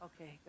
Okay